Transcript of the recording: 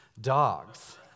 dogs